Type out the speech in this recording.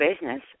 business